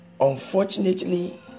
Unfortunately